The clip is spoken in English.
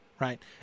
right